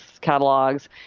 catalogs